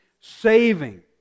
saving